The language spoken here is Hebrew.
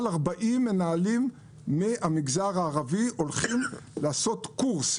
יותר מ-40 מנהלים מהמגזר הערבי יעשו קורס,